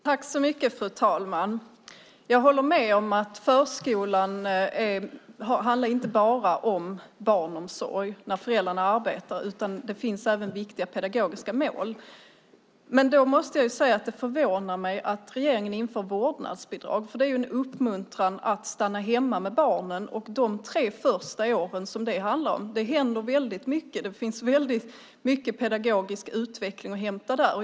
Fru talman! Jag håller med om att förskolan inte bara handlar om barnomsorg när föräldrarna arbetar. Det finns även viktiga pedagogiska mål. Det förvånar mig att regeringen inför vårdnadsbidrag. Det är ju en uppmuntran till att stanna hemma med barnen. Under de tre första åren som det handlar om händer det väldigt mycket. Det finns mycket pedagogisk utveckling att hämta där.